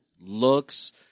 looks